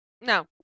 No